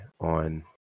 on